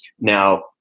Now